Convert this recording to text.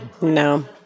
No